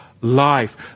life